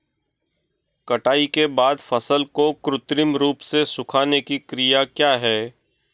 कटाई के बाद फसल को कृत्रिम रूप से सुखाने की क्रिया क्या है?